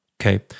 okay